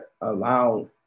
allow